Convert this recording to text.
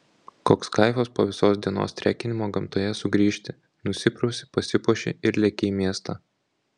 koks kaifas po visos dienos trekinimo gamtoje sugrįžti nusiprausi pasipuoši ir leki į miestą